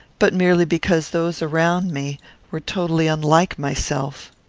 but merely because those around me were totally unlike myself.